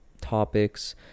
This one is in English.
topics